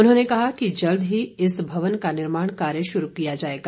उन्होंने कहा कि जल्द ही इस भवन का निर्माण कार्य शुरू किया जाएगा